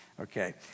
Okay